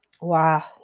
Wow